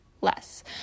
less